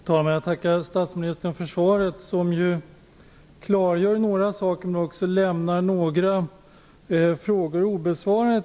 Fru talman! Jag tackar statsministern för svaret, som ju klargör några saker men också lämnar några frågor obesvarade.